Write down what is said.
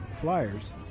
Flyers